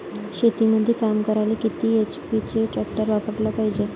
शेतीमंदी काम करायले किती एच.पी चे ट्रॅक्टर वापरायले पायजे?